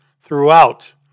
throughout